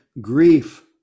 grief